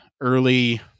early